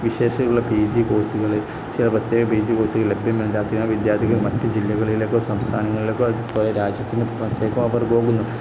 വിശേഷിച്ചുള്ള P G കോഴ്സുകള് ചില പ്രത്യേക പി ജി കോഴ്സുകൾ ലഭ്യമല്ലാത്തതിനാല് വിദ്യാർഥികള് മറ്റു ജില്ലകളിലേക്കോ സംസ്ഥാനങ്ങളിലേക്കോ രാജ്യത്തിനു പുറത്തേക്കോ അവർ പോകുന്നു